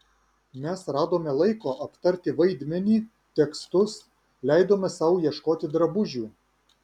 mes radome laiko aptarti vaidmenį tekstus leidome sau ieškoti drabužių